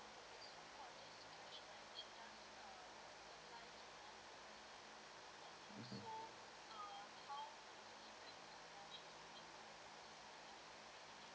mmhmm